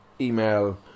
email